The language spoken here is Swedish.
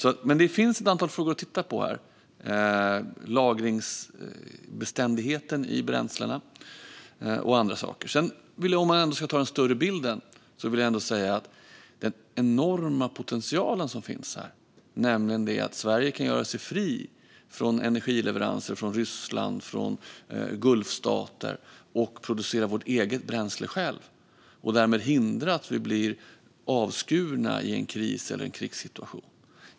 Det finns ett antal frågor att titta på här, bland annat lagringsbeständigheten i bränslena. När vi ändå är inne på den större bilden vill jag säga att det finns enorm potential här. Sverige skulle kunna göra sig fri från energileveranser från Ryssland och Gulfstater och producera vårt eget bränsle. Därmed skulle vi förhindra att bli avskurna i händelse av en kris eller krigssituation.